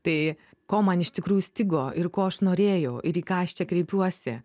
tai ko man iš tikrųjų stigo ir ko aš norėjau ir į ką aš čia kreipiuosi